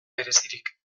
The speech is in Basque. berezirik